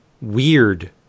Weird